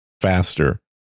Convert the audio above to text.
faster